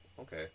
Okay